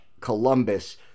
Columbus